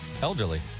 elderly